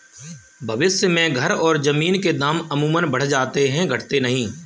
भविष्य में घर और जमीन के दाम अमूमन बढ़ जाते हैं घटते नहीं